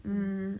mm